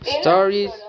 Stories